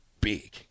big